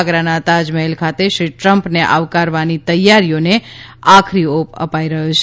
આગ્રાના તાજમહેલ ખાતે શ્રી ટ્રમ્પને આવકારવાની તૈયારીઓને આખરી ઓપ અપાઇ રહ્યો છે